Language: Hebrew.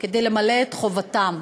כדי למלא את חובתם.